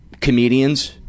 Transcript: comedians